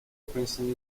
princeton